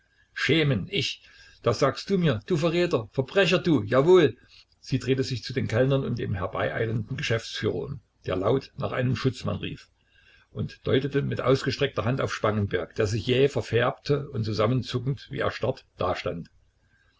schämen ich das sagst du mir du verräter verbrecher du jawohl sie drehte sich zu den kellnern und dem herbeieilenden geschäftsführer um der laut nach einem schutzmann rief und deutete mit ausgestreckter hand auf spangenberg der sich jäh verfärbte und zusammenzuckend wie erstarrt dastand